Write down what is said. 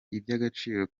iby’agaciro